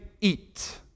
eat